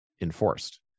enforced